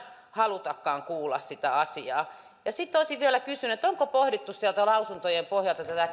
halutakaan kuulla sitä asiaa sitten olisin vielä kysynyt onko pohdittu sieltä lausuntojen pohjalta tätä